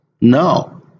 No